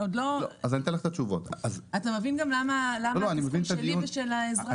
אתה מבין את התסכול שלי ושל האזרחים?